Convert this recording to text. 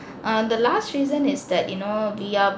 err the last reason is that you know we are